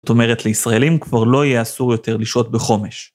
זאת אומרת, לישראלים כבר לא יהיה אסור יותר לשהות בחומש.